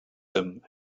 him